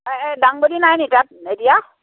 এই এই দাংবডি নাই নি তাত এতিয়া